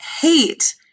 hate